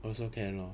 also can lor